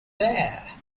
there